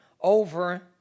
over